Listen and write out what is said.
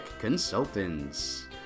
Consultants